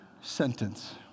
sentence